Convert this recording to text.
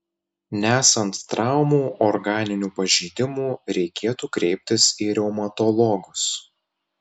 nesant traumų organinių pažeidimų reikėtų kreiptis į reumatologus